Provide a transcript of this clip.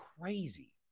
crazy